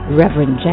Reverend